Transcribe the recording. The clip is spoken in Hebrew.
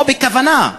או בכוונה,